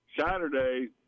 Saturday